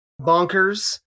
bonkers